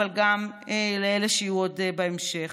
אבל גם אלה שיהיו עוד בהמשך.